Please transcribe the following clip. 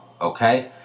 Okay